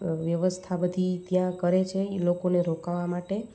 વ્યવસ્થા બધી ત્યાં કરે છે એ લોકોને રોકાવા માટે